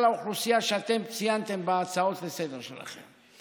האוכלוסייה שאתם ציינתם בהצעות לסדר-היום שלכם.